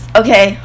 okay